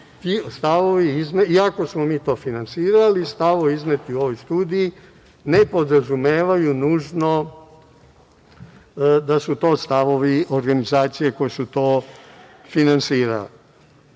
ti stavovi, iako smo mi to finansirali, stavovi izneti u ovoj studiji ne podrazumevaju nužno da su to stavovi organizacije koje su to finansirale.I